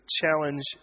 challenge